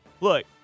Look